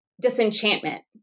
disenchantment